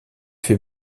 fait